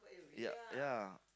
ya ya